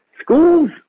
schools